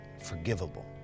forgivable